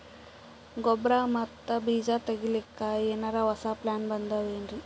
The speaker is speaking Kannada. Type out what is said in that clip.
ಗೊಬ್ಬರ ಮತ್ತ ಬೀಜ ತೊಗೊಲಿಕ್ಕ ಎನರೆ ಹೊಸಾ ಪ್ಲಾನ ಬಂದಾವೆನ್ರಿ?